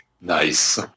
Nice